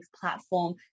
platform